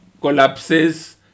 collapses